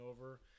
over